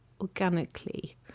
organically